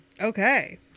Okay